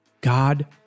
God